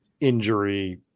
injury